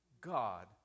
God